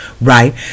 right